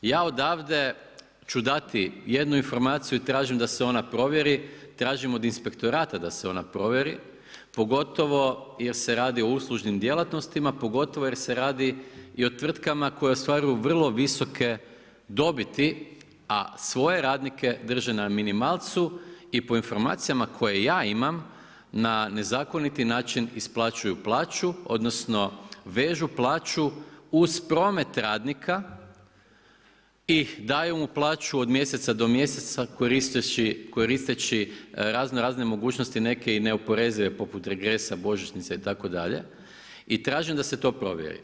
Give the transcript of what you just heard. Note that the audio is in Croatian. Ja odavde ću dati jednu informaciju i tražim da se ona provjeri, tražim od inspektorata da se ona provjero gotovo jer se radi o uslužnim djelatnostima, pogotovo jer se radi i o tvrtkama koje ostvaruju vrlo visoke dobiti a svoje radnike drže na minimalcu i po informacijama koje ja imam, na nezakoniti način isplaćuju plaću odnosno vežu plaću uz promet radnika i daju mu plaću od mjeseca do mjeseca koristeći raznorazne mogućnosti, neke i neoporezive poput regresa, božićnice itd. i tražim da se to provjeri.